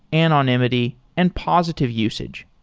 anonymity and positive usage.